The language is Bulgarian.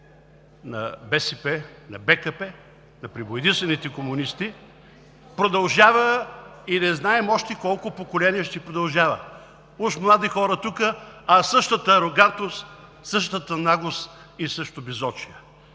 на БСП, на БКП, на пребоядисаните комунисти продължава и не знам още колко поколения ще продължава. Тук уж млади хора, а същата арогантност, същата наглост и същото безочие.